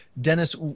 Dennis